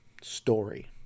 story